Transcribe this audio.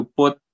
put